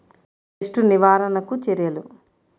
Pest నివారణకు చర్యలు?